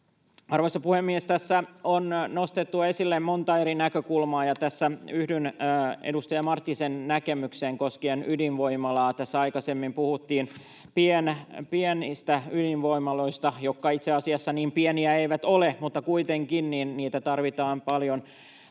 Arvoisa puhemies! Tässä on nostettu esille monta eri näkökulmaa, ja tässä yhdyn edustaja Marttisen näkemykseen koskien ydinvoimaa. Tässä aikaisemmin puhuttiin pienistä ydinvoimaloista, jotka itse asiassa niin pieniä eivät ole, mutta kuitenkin niitä tarvitaan paljon